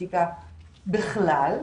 לסטטיסטיקה בכלל,